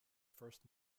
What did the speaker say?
first